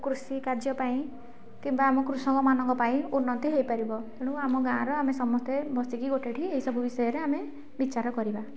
କୃଷିକାର୍ଯ୍ୟ ପାଇଁ କିମ୍ବା ଆମ କୃଷକମାନଙ୍କ ପାଇଁ ଉନ୍ନତି ହେଇପାରିବ ତେଣୁ ଆମ ଗାଁର ଆମେ ସମସ୍ତେ ବସିକି ଗୋଟେଠାରେ ଏଇସବୁ ବିଷୟରେ ଆମେ ବିଚାର କରିବା